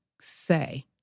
say